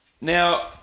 Now